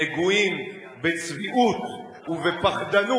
נגועים בצביעות ובפחדנות,